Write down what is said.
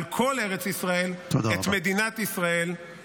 על כל ארץ ישראל, את מדינת ישראל.